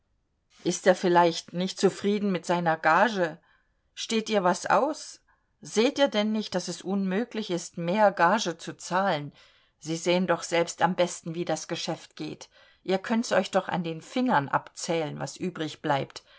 ist er vielleicht nicht zufrieden mit seiner gage steht ihr was aus seht ihr denn nicht daß es unmöglich ist mehr gage zu zahlen sie sehen doch selbst am besten wie das geschäft geht ihr könnt's euch doch an den fingern abzählen was übrig bleibt